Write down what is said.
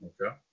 okay